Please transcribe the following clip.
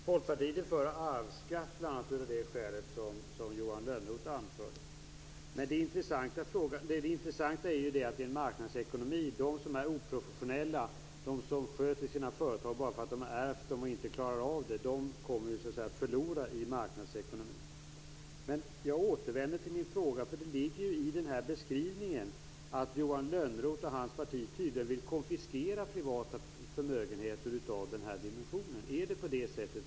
Herr talman! Folkpartiet är för arvsskatt bl.a. av det skälet som Johan Lönnroth anförde. Det intressanta är att de som är oprofessionella och som sköter sina företag bara för att de har ärvt dem, men som inte klarar av det, kommer att förlora i en marknadsekonomi. Jag återvänder till min fråga som anknyter till beskrivningen att Johan Lönnroth och hans parti tydligen vill konfiskera privata förmögenheter av den dimensionen. Är det på det sättet?